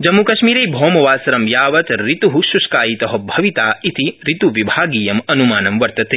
ऋतु जम्मूकश्मीर भौमवासरं यावत् ऋत् श्ष्कायित भविता इति ऋत्विभागीयम् अन्मानं वर्तते